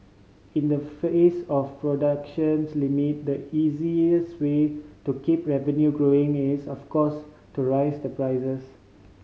in the face of productions limit the easiest way to keep revenue growing is of course to raise the prices